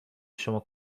شما